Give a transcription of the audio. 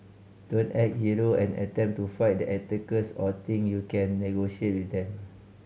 don't act hero and attempt to fight the attackers or think you can negotiate with them